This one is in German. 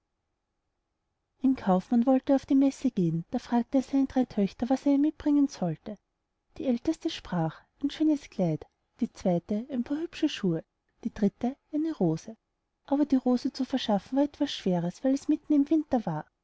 ein kaufmann wollte auf die messe gehen da fragte er seine drei töchter was er ihnen mitbringen sollte die älteste sprach ein schönes kleid die zweite ein paar hübsche schuhe die dritte eine rose aber die rose zu verschaffen war etwas schweres weil es mitten im winter war